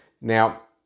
now